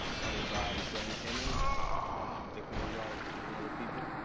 headed by dan kammen and dick norgaard among other people.